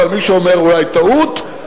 מישהו אומר: אולי טעות,